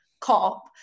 COP